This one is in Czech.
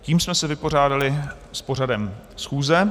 Tím jsme se vypořádali s pořadem schůze.